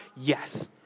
Yes